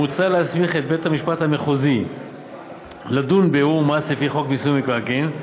מוצע להסמיך את בית-המשפט המחוזי לדון בערעור מס לפי חוק מיסוי מקרקעין,